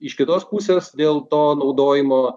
iš kitos pusės dėl to naudojimo